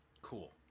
Cool